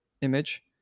image